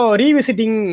revisiting